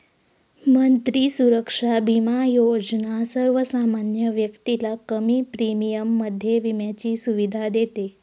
मंत्री सुरक्षा बिमा योजना सर्वसामान्य व्यक्तीला कमी प्रीमियम मध्ये विम्याची सुविधा देते